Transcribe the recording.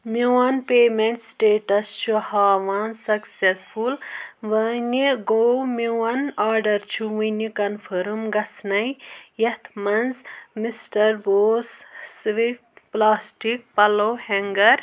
میٛون payment status چھُ ہاوان سَکسیٚسفُل وونۍ گوٚو میٛون آرڈر چھُ وُنہِ کنفٔرٕم گژھنٔے ییٚتھ مَنٛز مِسٹر بوس سٕوِفٹ پٕلاسٹک پلوٚو ہینٛگر